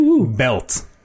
Belt